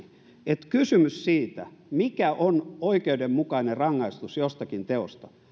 että kysymys siitä mikä on oikeudenmukainen rangaistus jostakin teosta